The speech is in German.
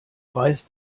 weiß